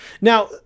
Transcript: Now